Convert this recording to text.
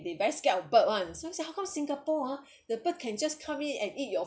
they very scared of bird [one] so they say how come singapore ah the bird can just come in and eat your